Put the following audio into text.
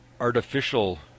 artificial